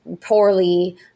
poorly